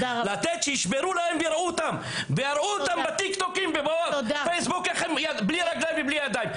צריך לראות אותם בטיקטוק ובפייסבוק בלי ידיים ובלי רגליים.